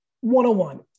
One-on-one